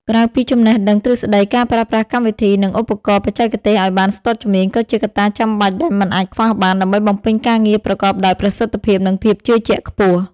ក្រៅពីចំណេះដឹងទ្រឹស្ដីការប្រើប្រាស់កម្មវិធី និងឧបករណ៍បច្ចេកទេសឲ្យបានស្ទាត់ជំនាញក៏ជាកត្តាចាំបាច់ដែលមិនអាចខ្វះបានដើម្បីបំពេញការងារប្រកបដោយប្រសិទ្ធភាព និងភាពជឿជាក់ខ្ពស់។